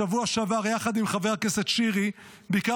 בשבוע שעבר ביקרתי יחד עם חבר הכנסת שירי בצפון,